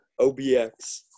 OBX